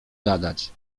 gadać